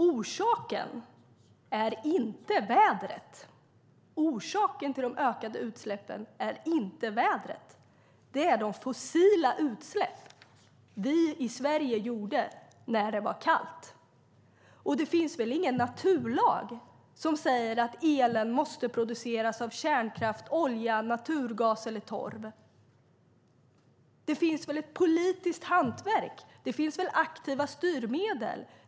Orsaken till de ökade utsläppen är inte vädret, utan de fossila utsläpp vi i Sverige gjorde när det var kallt. Det finns väl ingen naturlag som säger att elen måste produceras av kärnkraft, olja, naturgas eller torv? Det finns väl ett politiskt hantverk? Det finns väl aktiva styrmedel?